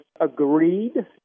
agreed